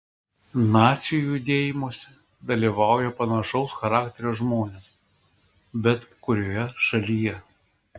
nacių judėjimuose dalyvauja panašaus charakterio žmonės bet kurioje šalyje